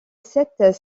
sept